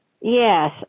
Yes